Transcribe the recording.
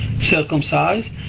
circumcised